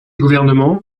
gouvernement